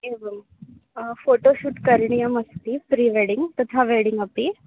एवं फ़ोटोशूट् करणीयमस्ति प्रीवेडिङ्ग् तथा वेडिङ्ग् अपि